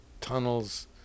tunnels